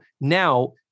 now